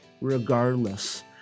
regardless